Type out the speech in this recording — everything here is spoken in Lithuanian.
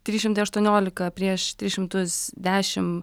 trys šimtai aštuoniolika prieš tris šimtus dešimt